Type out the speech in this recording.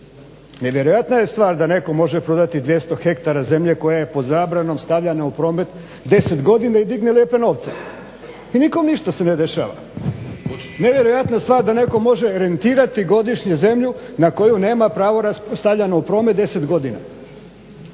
Nevjerojatna je stvar da netko može prodati 200 hektara zemlje koja je pod zabranom stavljena u promet 10 godina i digne lijepe novce. I nikom ništa se ne dešava! Nevjerojatna stvar da netko može rentirati godišnje zemlju na koju nema pravo stavljanja u promet 10 godina.